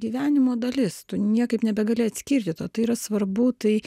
gyvenimo dalis tu niekaip nebegali atskirti to tai yra svarbu tai